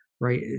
right